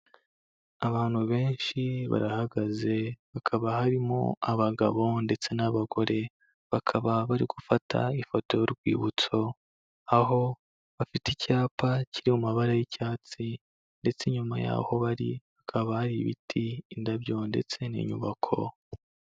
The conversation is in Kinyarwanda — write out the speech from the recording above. Abantu benshi barahagaze, hakaba harimo abagabo ndetse n'abagore, bakaba bari gufata ifoto y'urwibutso, aho bafite icyapa kiri mu mabara y'icyatsi ndetse inyuma y'aho bari hakaba hari ibiti, indabyo ndetse n'inyubako.